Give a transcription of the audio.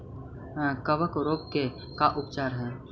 कबक रोग के का उपचार है?